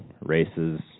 races